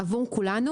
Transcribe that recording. עבור כולנו